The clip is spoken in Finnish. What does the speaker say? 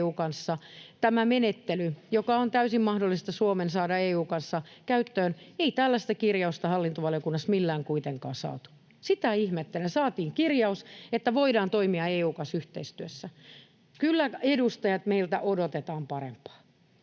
tämä menettely, joka on täysin mahdollista Suomen saada EU:n kanssa käyttöön, ei tällaista kirjausta hallintovaliokunnassa millään kuitenkaan saatu. Sitä ihmettelen. Saatiin kirjaus, että voidaan toimia EU:n kanssa yhteistyössä. Kyllä, edustajat, meiltä odotetaan parempaa.